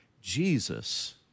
Jesus